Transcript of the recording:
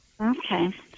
Okay